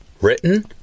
Written